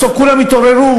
בסוף כולם יתעוררו,